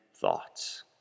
Thoughts